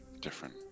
Different